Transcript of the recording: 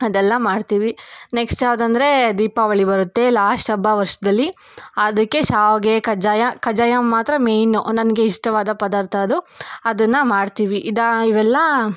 ಅದೆಲ್ಲ ಮಾಡ್ತೀವಿ ನೆಕ್ಸ್ಟ್ ಯಾವ್ದೆಂದ್ರೆ ದೀಪಾವಳಿ ಬರುತ್ತೆ ಲಾಸ್ಟ್ ಹಬ್ಬ ವರ್ಷದಲ್ಲಿ ಅದಕ್ಕೆ ಶಾವಿಗೆ ಕಜ್ಜಾಯ ಕಜ್ಜಾಯ ಮಾತ್ರ ಮೇಯ್ನು ನನಗೆ ಇಷ್ಟವಾದ ಪದಾರ್ಥ ಅದು ಅದನ್ನು ಮಾಡ್ತೀವಿ ಇದು ಇವೆಲ್ಲ